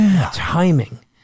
timing